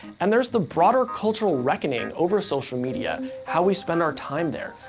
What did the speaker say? and there's the broader cultural reckoning over social media, how we spend our time there,